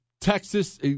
Texas